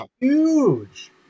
huge